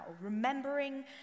remembering